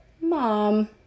Mom